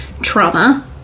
trauma